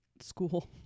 school